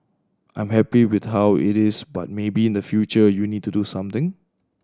I'm happy with how it is but maybe in the future you need to do something